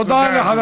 תודה, אדוני.